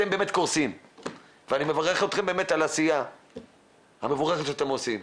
אתם באמת קורסים ואני מברך אתכם באמת על העשייה המבורכת שאתם עושים,